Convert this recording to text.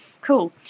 Cool